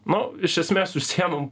nu iš esmės užsiimam